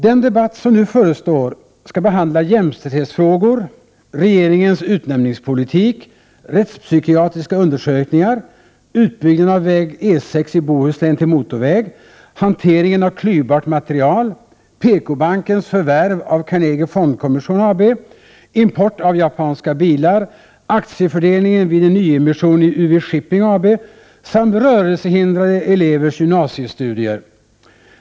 Den debatt som nu förestår skall behandla jämställdhetsfrågor, regeringens utnämningspolitik, rättspsykiatriska undersökningar, utbyggnaden av väg E 6 i Bohuslän till motorväg, hanteringen av klyvbart material, PK-bankens förvärv av Carnegie Fondkommission AB, import av japanska bilar, aktiefördelningen vid en nyemission i UV-Shipping AB samt rörelsehindrade elevers gymnasiestudier.